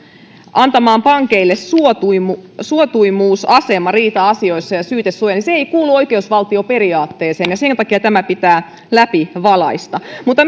antamaan pankeille suosituimmuusasema suosituimmuusasema riita asioissa ja syytesuoja ei kuulu oikeusvaltioperiaatteeseen ja sen takia tämä pitää läpivalaista mutta